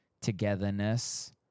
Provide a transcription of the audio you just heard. togetherness